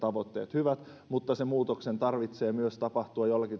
hyvät mutta sen muutoksen tarvitsee myös tapahtua jollakin tavalla siellä